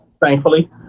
Thankfully